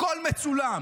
הכול מצולם.